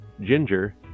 Ginger